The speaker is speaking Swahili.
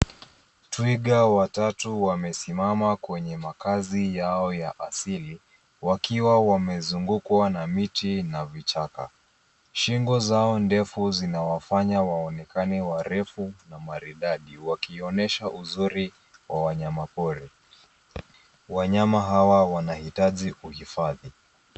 Twiga watatu wamesimama kwenye makaazi yao ya asili wakiwa wamezungukwa na miti na vichaka. Shingo zao ndefu zinawafanya waonekane warefu na maridadi wakionyesha uzuri wa wanyama pori. Wanyama hawa wanahitaji uhifadhi.